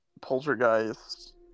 Poltergeist